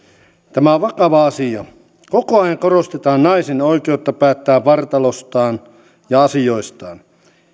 tämä on vakava asia koko ajan korostetaan naisen oikeutta päättää vartalostaan ja asioistaan